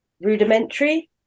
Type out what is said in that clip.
rudimentary